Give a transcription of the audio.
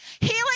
healing